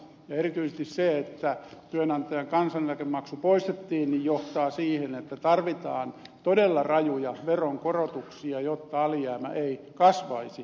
erityisesti se että työnantajan kansaneläkemaksu poistettiin johtaa siihen että tarvitaan todella rajuja veronkorotuksia jotta alijäämä ei kasvaisi